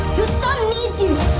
your son needs you!